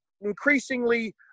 increasingly